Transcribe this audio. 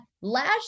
last